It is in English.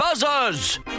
Buzzers